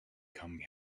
come